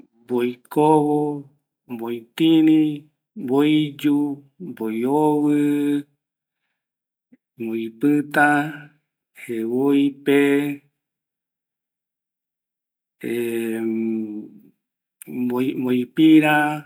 ﻿Mboi kovo, mboi tini, mboiyu, mboi ovɨ, mboi pïta, jevoipe ˂hesitation˃ mboi pïrä